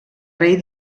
rei